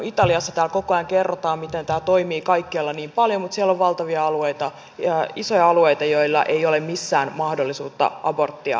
täällä koko ajan kerrotaan miten tämä toimii kaikkialla niin hyvin mutta siellä on valtavia alueita ja isoja alueita joilla ei ole missään mahdollisuutta aborttia saada